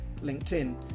LinkedIn